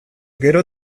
gero